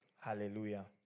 Hallelujah